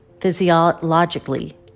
physiologically